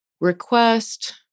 request